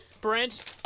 Brent